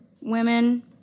women